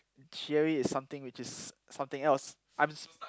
theory is something which is something else I'm